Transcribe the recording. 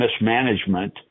mismanagement